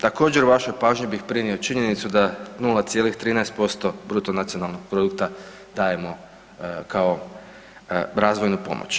Također vašoj pažnji bih prinio činjenicu da 0,13% bruto nacionalnog produkta dajemo kao razvojnu pomoć.